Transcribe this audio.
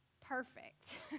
perfect